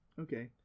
Okay